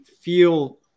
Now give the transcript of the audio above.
feel